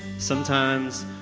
sometimes,